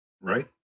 right